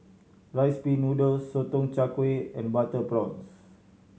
Rice Pin Noodles Sotong Char Kway and butter prawns